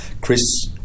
Chris